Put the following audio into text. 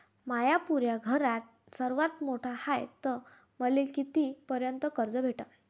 म्या पुऱ्या घरात सर्वांत मोठा हाय तर मले किती पर्यंत कर्ज भेटन?